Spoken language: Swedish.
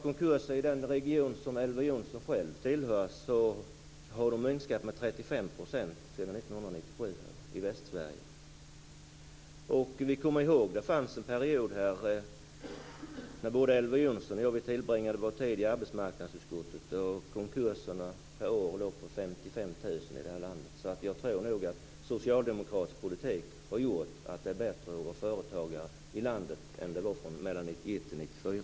Konkurserna i den region Elver Jonsson kommer från i Västsverige har minskat med 35 % sedan 1997. Vi kommer ihåg att det fanns en period när både Elver Jonsson och jag satt i arbetsmarknadsutskottet och antalet konkurser i landet var 55 000 per år. Jag tror nog att socialdemokratisk politik har gjort att det är bättre att vara företagare nu än under åren 1991